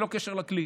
ללא קשר לכלי.